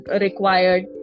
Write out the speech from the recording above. required